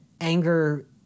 anger